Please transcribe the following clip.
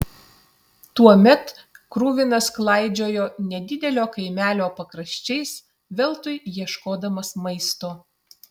tuomet kruvinas klaidžiojo nedidelio kaimelio pakraščiais veltui ieškodamas maisto